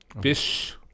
fish